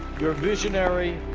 your visionary,